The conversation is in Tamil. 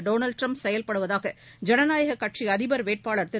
டொனால்டு ட்ரம்ப் செயல்படுவதாக ஜனநாயக கட்சி அதிபர் வேட்பாளர் திரு